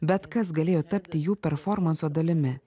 bet kas galėjo tapti jų performanso dalimi